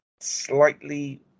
slightly